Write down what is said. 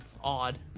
odd